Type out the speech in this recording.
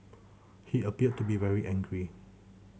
he appeared to be very angry